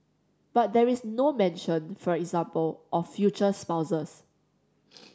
but there is no mention for example of future spouses